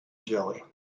jelly